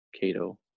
Cato